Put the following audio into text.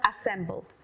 assembled